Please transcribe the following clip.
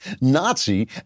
Nazi